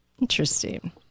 Interesting